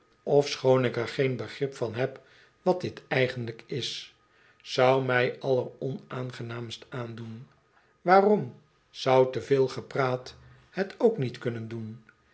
ofschoon ik er geen begrip van heb wat dit eigenlijk is zou mij alleronaangenaamst aandoen waarom zou te veel gepraat het ook niet kunnen doen